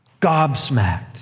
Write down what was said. gobsmacked